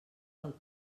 del